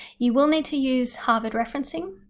you will need to use harvard referencing.